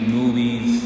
movies